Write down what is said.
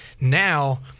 Now